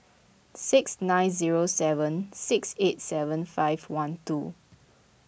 six nine zero seven six eight seven five one two